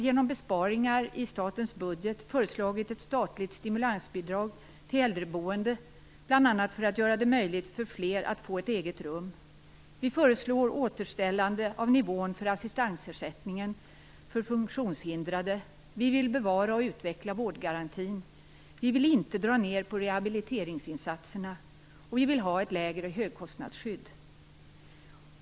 Genom besparingar i statens budget föreslår vi ett statligt stimulansbidrag till äldreboende, bl.a. för att göra det möjligt för fler att få ett eget rum. Vi föreslår ett återställande av nivån för assistansersättningen till funktionshindrade. Vi vill bevara och utveckla vårdgarantin. Vi vill inte dra ned på rehabiliteringsinsatserna. Vi vill ha ett lägre högkostnadsskydd.